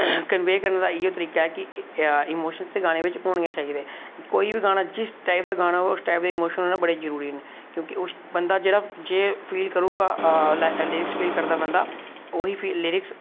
convey करने दा इ'यै तरीका कि इमोशन ते गाने बिच होने गै चाहिदे कोई बी गाना जिस टाईप दा गाना होऐ ते इस टाईप दे इमोशन बड़े जरूरी न की बंदा जे फील करू गा लिरिक्स बिच करदा बंदा ओही लिरिक्स